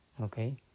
Okay